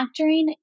factoring